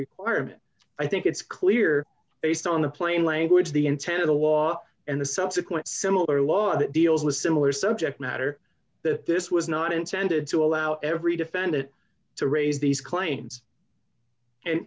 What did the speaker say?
requirement i think it's clear based on the plain language of the intent of the law d and the subsequent similar law that deals with similar subject matter that this was not intended to allow every defendant to raise these claims and